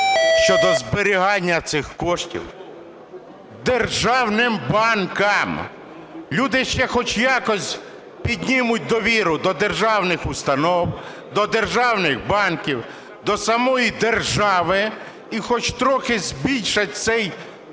щодо зберігання цих коштів державним банкам. Люди ще хоч якось піднімуть довіру до державних установ, до державних банків, до самої держави і хоч трохи збільшать